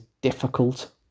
difficult